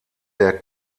der